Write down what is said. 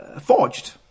forged